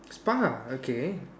spa okay